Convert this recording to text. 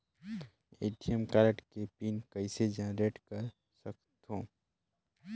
ATM card के PIN कइसे generate कर सकथव?